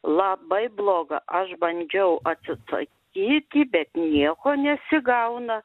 labai bloga aš bandžiau atsisakyti bet nieko nesigauna